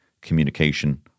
communication